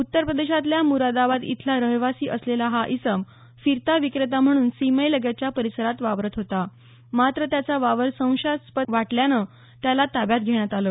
उत्तर प्रदेशातल्या म्रादाबाद इथला रहिवासी असलेला हा इसम फिरता विक्रेता म्हणून सीमेलगतच्या परिसरात वावरत होता मात्र त्याचा वावर संशयास्पद वाटल्यानं त्याला ताब्यात घेण्यात आलं